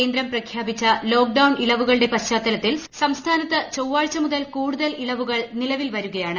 കേന്ദ്രം പ്രഖ്യാപിച്ച ലോക്ക്ഡൌൺ ഇളവുകളുടെ പശ്ചാത്തലത്തിൽ സംസ്ഥാനത്ത് ചൊവ്വാഴ്ച മുതൽ കൂടുതൽ ഇളവുകൾ നിലവിൽ വരുകയാണ്